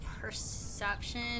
perception